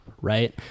right